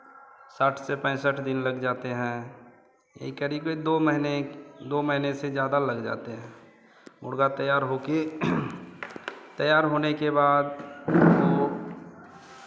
साठ से पैंसठ दिन लग जाते हैं यही करीब करीब दो महीने दो महीने से ज़्यादा लग जाते हैं मुर्गा तैयार होके तैयार होने के बाद वो